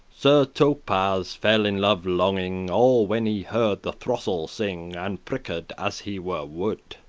sir thopas fell in love-longing all when he heard the throstle sing, and prick'd as he were wood